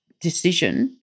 decision